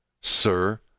sir